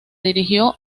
dirigió